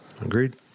Agreed